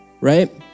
right